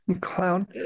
clown